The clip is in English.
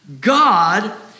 God